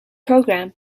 program